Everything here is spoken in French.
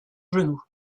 genou